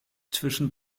zwischen